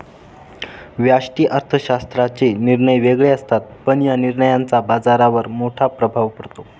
व्यष्टि अर्थशास्त्राचे निर्णय वेगळे असतात, पण या निर्णयांचा बाजारावर मोठा प्रभाव पडतो